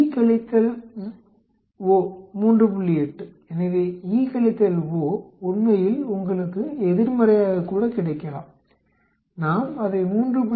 8 எனவே E O உண்மையில் உங்களுக்கு எதிர்மறையாகக்கூட கிடைக்கலாம் நாம் அதை 3